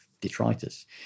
detritus